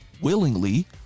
willingly